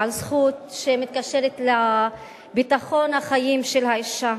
או על זכות שמתקשרת לביטחון החיים של האשה.